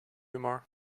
humor